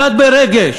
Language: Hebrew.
קצת רגש?